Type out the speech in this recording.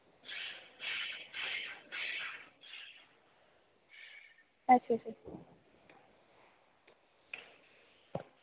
अच्छ अच्छा